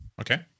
okay